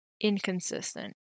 Inconsistent